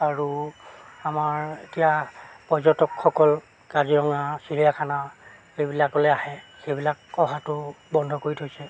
আৰু আমাৰ এতিয়া পৰ্যটকসকল কাজিৰঙা চিৰিয়াখানা সেইবিলাকলৈ আহে সেইবিলাক অহাটো বন্ধ কৰি থৈছে